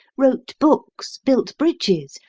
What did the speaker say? wrote books, built bridges,